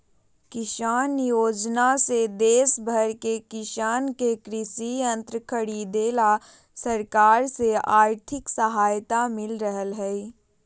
किसान योजना से देश भर के किसान के कृषि यंत्र खरीदे ला सरकार से आर्थिक सहायता मिल रहल हई